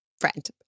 friend